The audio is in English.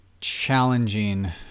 challenging